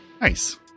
Nice